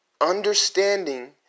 Understanding